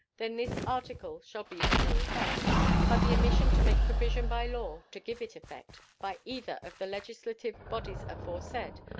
then this article shall be of no effect but the omission to make provision by law to give it effect, by either of the legislative bodies aforesaid,